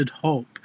hope